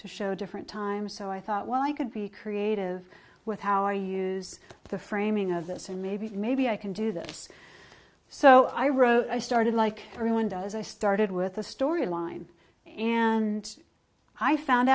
to show different times so i thought well i could be creative with our use of the framing of this and maybe maybe i can do this so i wrote i started like everyone does i started with a story line and i found